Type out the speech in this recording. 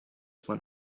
went